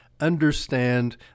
understand